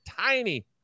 tiny